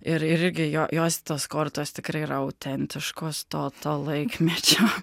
ir irgi jo jos tos kortos tikrai yra autentiškos to to laikmečio